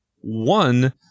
one